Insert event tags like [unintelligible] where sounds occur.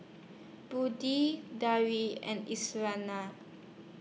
Budi Dara and [unintelligible]